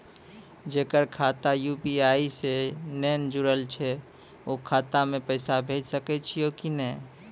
जेकर खाता यु.पी.आई से नैय जुटल छै उ खाता मे पैसा भेज सकै छियै कि नै?